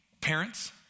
Parents